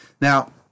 Now